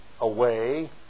away